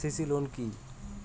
CC loan কি?